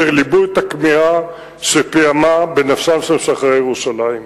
ליבו את הכמיהה שפעמה בנפשם של משחררי ירושלים.